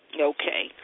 Okay